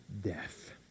death